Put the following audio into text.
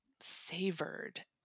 savored